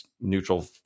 neutral